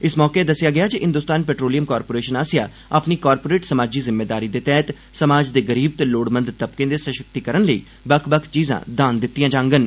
इस मौके एह् दस्सेआ गेआ जे हिंदोस्तान पेट्रोलियम कारपोरेशन आसेआ अपनी कारपोरेट समाजी जिम्मेदारी दे तैहत समाज दे गरीब ते लोड़मंद तबकें दे सशक्तिकरण लेई बक्ख बक्ख चीजां दान दितिआं जाडन